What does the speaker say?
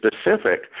specific